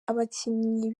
abakinnyi